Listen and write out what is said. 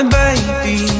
baby